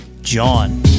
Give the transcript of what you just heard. John